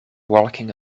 walking